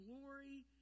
glory